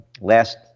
last